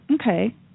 Okay